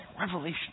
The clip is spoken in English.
Revelation